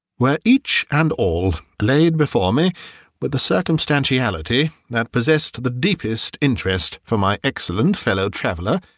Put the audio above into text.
were each and all laid before me with a circumstantiality that possessed the deepest interest for my excellent fellow-traveller,